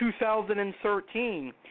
2013